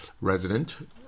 resident